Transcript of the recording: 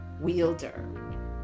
wielder